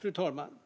Fru talman!